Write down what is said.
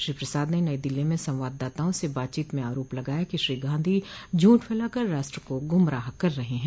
श्री प्रसाद ने नई दिल्ली में संवाददाताओं से बातचीत में आरोप लगाया कि श्री गांधी झूठ फैलाकर राष्ट्र को गुमराह कर रहे हैं